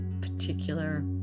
particular